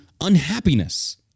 unhappiness